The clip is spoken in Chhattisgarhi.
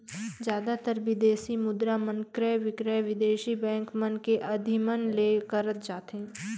जादातर बिदेसी मुद्रा मन क्रय बिक्रय बिदेसी बेंक मन के अधिमन ले करत जाथे